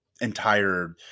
entire